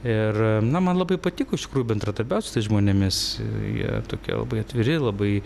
ir na man labai patiko iš tikrųjų bendradarbiaut su tais žmonėmis jie tokie labai atviri labai